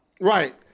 Right